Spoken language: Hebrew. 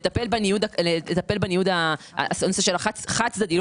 לטפל בניוד החד צדדי,